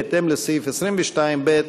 בהתאם לסעיף 22(ב)